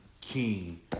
King